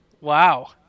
Wow